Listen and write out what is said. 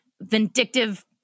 vindictive